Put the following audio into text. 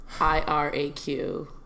I-R-A-Q